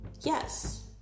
Yes